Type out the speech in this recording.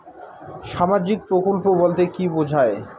সামাজিক প্রকল্প বলতে কি বোঝায়?